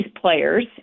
players